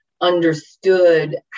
understood